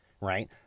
right